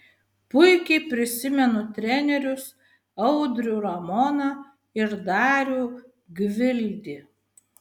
puikiai prisimenu trenerius audrių ramoną ir darių gvildį